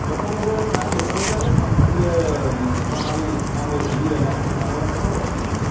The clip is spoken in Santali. ᱡᱚᱛᱚ ᱠᱚᱜᱮ ᱯᱨᱟᱭ ᱡᱚᱛᱚ ᱞᱮᱠᱟᱜᱮ ᱤᱭᱟᱹ ᱵᱟᱝᱜᱟᱞ ᱵᱟᱝᱞᱟ ᱤᱭᱟᱹ ᱵᱟᱝᱜᱟᱞ ᱵᱟᱝᱞᱟ ᱛᱮᱠᱚ ᱨᱚᱲ ᱛᱟᱦᱮᱸᱫ